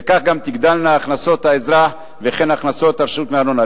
וכך תגדלנה הכנסות האזרח וכן הכנסות הרשות מארנונה.